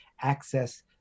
access